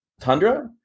Tundra